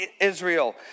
Israel